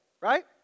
right